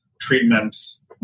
treatments